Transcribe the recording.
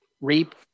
reap